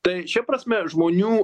tai šia prasme žmonių